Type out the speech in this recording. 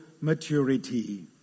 maturity